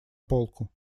полку